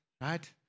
right